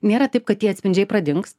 nėra taip kad tie atspindžiai pradings